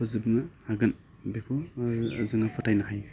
फोजोबनो हागोन बेखौ जों फोथायनो हायो